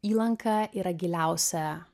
įlanka yra giliausia